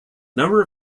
number